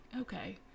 okay